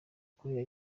koreya